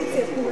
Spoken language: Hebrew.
כולנו,